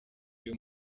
uyu